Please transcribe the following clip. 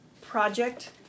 project